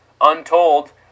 Untold